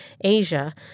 Asia